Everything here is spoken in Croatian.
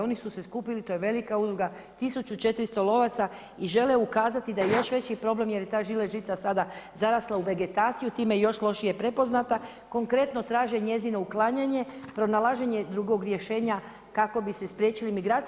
Oni su se skupili, to je velika udruga, 1400 lovaca i žele ukazati da je još veći problem, jer je ta žilet žica sada zarasla u vegetaciju, time još lošije prepoznata, konkretno traže njezino uklanjanje, pronalaženje drugog rješenja kako bi se spriječile migracije.